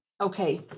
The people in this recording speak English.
okay